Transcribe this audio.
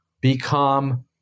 become